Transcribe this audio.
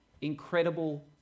incredible